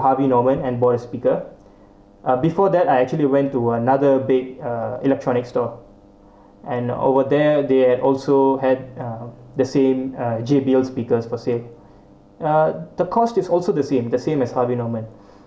Harvey Norman and bought a speaker uh before that I actually went to another big uh electronic store and over there they had also had uh the same uh J_B_L speakers for sale uh the cost is also the same the same as Harvey Norman